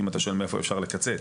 אם אתה שואל מאיפה אפשר לקצץ,